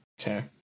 Okay